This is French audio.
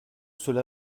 cela